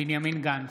בנימין גנץ,